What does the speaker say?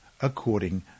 according